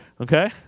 Okay